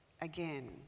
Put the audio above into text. again